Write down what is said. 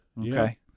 Okay